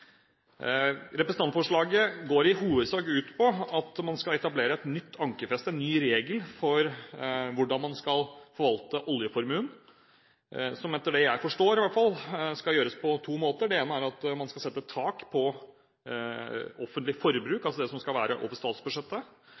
Representantforslaget går i hovedsak ut på at man skal etablere et nytt ankerfeste, en ny regel for hvordan man skal forvalte oljeformuen. Det skal, etter det jeg forstår i hvert fall, gjøres på to måter. Det ene er at man skal sette tak på offentlig forbruk, altså det som skal være over statsbudsjettet.